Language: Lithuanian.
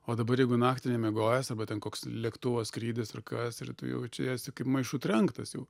o dabar jeigu naktį nemiegojęs arba ten koks lėktuvo skrydis ar kas tu jautiesi kaip maišu trenktas jau